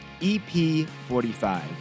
EP45